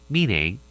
Meaning